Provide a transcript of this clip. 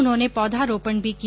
उन्होंने पौधारोपण भी किया